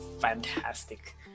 fantastic